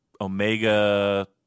Omega